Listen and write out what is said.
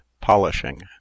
polishing